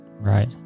right